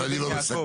אז אני לא מסכם.